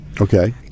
Okay